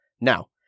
Now